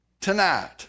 tonight